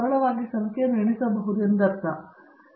ನೀವು ಸರಳವಾಗಿ ಸಂಖ್ಯೆಯನ್ನು ಎಣಿಸಬಹುದು ಎಂದರ್ಥ